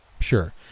Sure